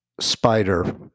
spider